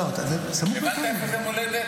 סמוך לעין חרוד.